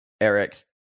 Eric